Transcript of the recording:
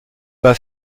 pas